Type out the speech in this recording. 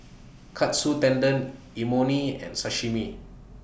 Katsu Tendon Imoni and Sashimi